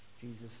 Jesus